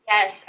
Yes